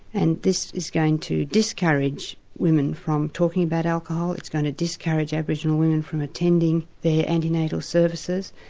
and this is going to discourage women from talking about alcohol, it's going to discourage aboriginal women from attending their antenatal services.